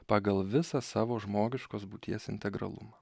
pagal visą savo žmogiškos būties integralumą